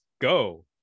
go